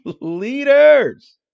Leaders